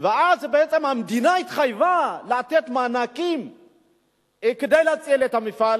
ובעצם המדינה התחייבה לתת מענקים כדי להציל את המפעל